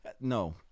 No